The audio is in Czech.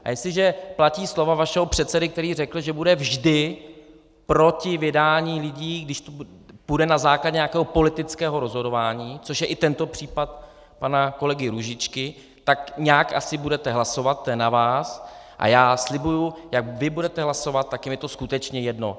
A jestliže platí slova vašeho předsedy, který řekl, že bude vždy proti vydání lidí, když to bude na základě nějakého politického rozhodování, což je i tento případ pana kolegy Růžičky, tak nějak asi budete hlasovat, to je na vás, a já slibuji, jak vy budete hlasovat, tak je mi to skutečně jedno.